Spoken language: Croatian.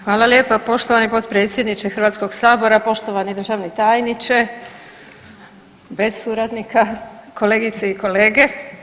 Hvala lijepa, poštovani potpredsjedniče Hrvatskog sabora, poštovani državni tajniče bez suradnika, kolegice i kolege.